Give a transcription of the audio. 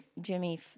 Jimmy